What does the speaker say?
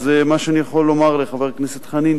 מה שאני יכול לומר לחבר הכנסת חנין,